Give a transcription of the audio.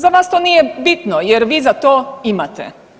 Za vas to nije bitno jer vi za to imate.